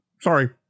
Sorry